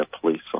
police